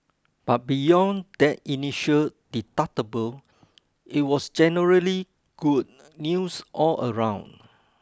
but beyond that initial deductible it was generally good news all round